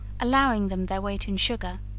allowing them their weight in sugar,